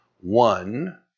one